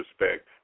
respect